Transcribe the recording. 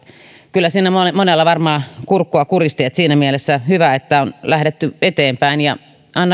kyllä siinä monella varmaan kurkkua kuristi siinä mielessä on hyvä että on lähdetty eteenpäin